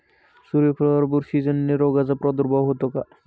सूर्यफुलावर बुरशीजन्य रोगाचा प्रादुर्भाव होतो का?